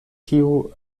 tiu